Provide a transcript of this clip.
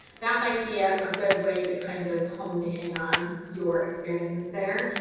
that might be a ah good way to kind of hone in on your experiences there.